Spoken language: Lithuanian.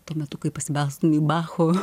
tuo metu kai pasibelstum į bacho